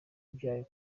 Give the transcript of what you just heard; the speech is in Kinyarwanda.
byayo